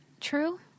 true